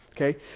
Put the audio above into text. Okay